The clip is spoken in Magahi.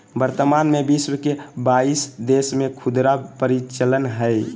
वर्तमान में विश्व के बाईस देश में खुदरा परिचालन हइ